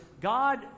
God